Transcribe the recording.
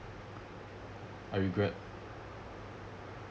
I regret